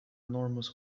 enormous